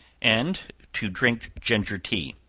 and to drink ginger tea.